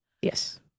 Yes